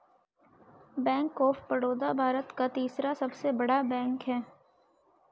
bank of Baroda Bharat का तीसरा सबसे बड़ा बैंक हैं